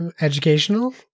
educational